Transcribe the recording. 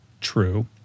true